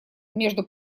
между